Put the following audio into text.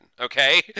okay